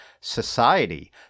society